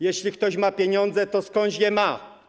Jeśli ktoś ma pieniądze, to skądś je ma.